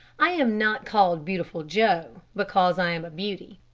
i am not called beautiful joe because i am a beauty.